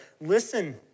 Listen